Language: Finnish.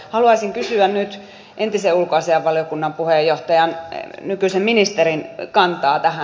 haluaisin kysyä nyt entisen ulkoasiainvaliokunnan puheenjohtajan nykyisen ministerin kantaa tähän